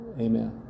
Amen